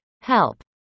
help